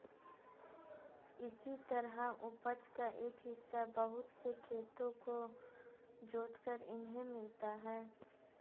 इसी तरह उपज का एक हिस्सा बहुत से खेतों को जोतकर इन्हें मिलता है